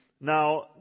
Now